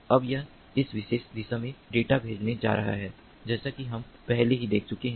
अब यह इस विशेष दिशा में डेटा भेजने जा रहा है जैसा कि हम पहले ही देख चुके हैं